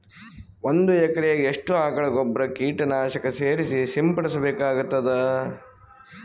ಒಂದು ಎಕರೆಗೆ ಎಷ್ಟು ಆಕಳ ಗೊಬ್ಬರ ಕೀಟನಾಶಕ ಸೇರಿಸಿ ಸಿಂಪಡಸಬೇಕಾಗತದಾ?